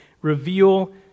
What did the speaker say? reveal